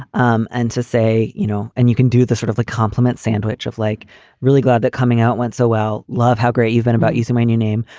um and to say, you know, and you can do this sort of a like compliment sandwich of like really glad that coming out went so well. love how great you've been about using my new name.